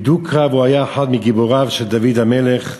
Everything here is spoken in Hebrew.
בדו-קרב הוא היה אחד מגיבוריו של דוד המלך.